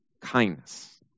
kindness